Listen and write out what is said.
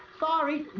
sorry.